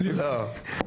לא.